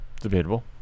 Debatable